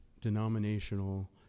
denominational